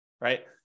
right